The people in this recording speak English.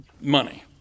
money